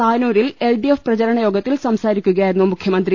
താനൂരിൽ L D F പ്രചരണയോഗത്തിൽ സംസാ രിക്കുകയായിരുന്നു മുഖ്യമന്ത്രി